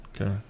okay